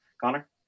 Connor